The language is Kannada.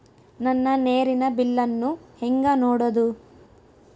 ನನ್ನ ನೇರಿನ ಬಿಲ್ಲನ್ನು ಹೆಂಗ ನೋಡದು?